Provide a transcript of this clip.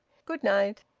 good night!